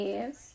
Yes